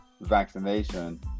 vaccination